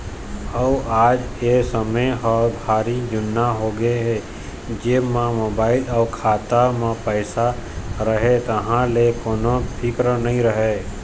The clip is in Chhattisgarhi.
अउ आज ए समे ह भारी जुन्ना होगे हे जेब म मोबाईल अउ खाता म पइसा रहें तहाँ ले कोनो फिकर नइ रहय